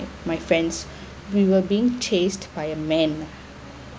my friends we were being chased by a man lah